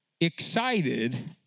excited